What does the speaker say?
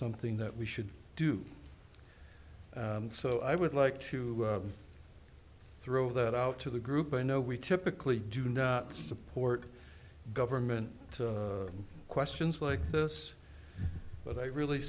something that we should do so i would like to throw that out to the group i know we typically do not support government questions like this but i really